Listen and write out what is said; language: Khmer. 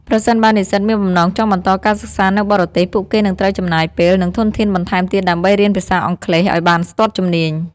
ប្រសិនបើនិស្សិតមានបំណងចង់បន្តការសិក្សានៅបរទេស ពួកគេនឹងត្រូវចំណាយពេល និងធនធានបន្ថែមទៀតដើម្បីរៀនភាសាអង់គ្លេសឱ្យបានស្ទាត់ជំនាញ។